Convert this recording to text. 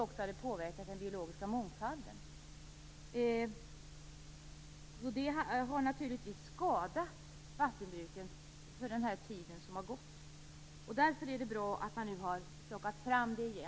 Detta hade påverkat den biologiska mångfalden. Det har naturligtvis skadat vattenbruket under den tid som har gått. Därför är det bra att man har plockat fram detta igen.